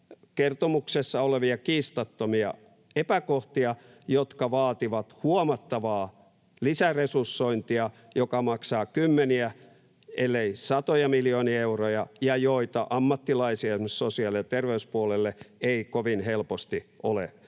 kertomuksessa olevia kiistattomia epäkohtia, jotka vaativat huomattavaa lisäresursointia, joka maksaa kymmeniä ellei satoja miljoonia euroja, ja joita ammattilaisia esimerkiksi sosiaali- ja terveyspuolelle ei kovin helposti ole